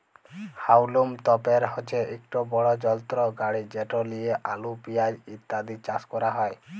হাউলম তপের হছে ইকট বড় যলত্র গাড়ি যেট লিঁয়ে আলু পিয়াঁজ ইত্যাদি চাষ ক্যরা হ্যয়